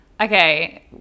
Okay